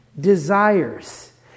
desires